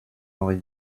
henri